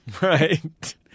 right